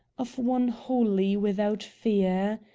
of one wholly without fear.